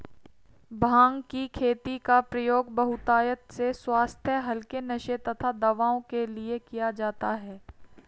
भांग की खेती का प्रयोग बहुतायत से स्वास्थ्य हल्के नशे तथा दवाओं के लिए किया जाता है